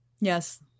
Yes